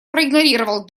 проигнорировал